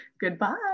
goodbye